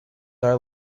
are